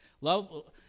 love